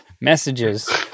Messages